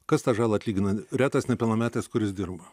kas tą žalą atlygina retas nepilnametis kuris dirba